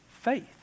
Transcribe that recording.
Faith